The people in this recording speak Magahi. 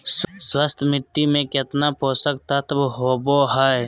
स्वस्थ मिट्टी में केतना पोषक तत्त्व होबो हइ?